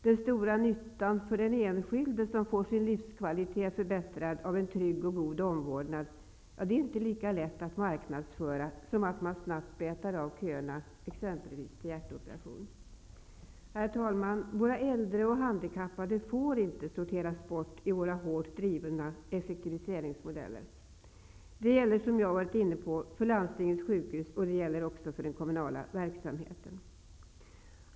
Den stora nyttan för den enskilde som får sin livskvalitet förbättrad av en trygg och god omvårdnad är inte lika lätt att marknadsföra som ett snabbt avbetande av köerna till hjärtoperationer. Herr talman! Våra äldre och handikappade får inte sorteras bort i våra hårt drivna effektiviseringsmodeller. Det gäller, som jag tidigare varit inne på, både för landstingens sjukhus och för den kommunala verksamheten.